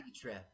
trip